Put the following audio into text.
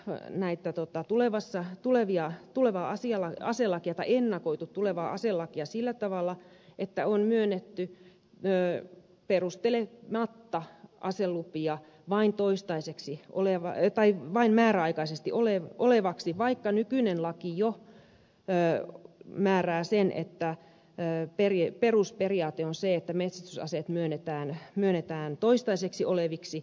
toinen näitä totta tulevassa tulevia tuleva asia aselakia tai ennakoitu tulevaa aselakia sillä tavalla että on myönnetty perustelematta aselupia vain toistaiseksi oleva ei kai vain määräajaksi vaikka nykyinen laki jo määrää sen että perusperiaate on se että metsästysaseet myönnetään toistaiseksi voimassa olevina